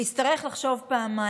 הוא יצטרך לחשוב פעמיים.